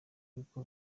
kuko